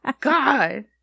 God